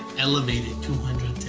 elevated two hundred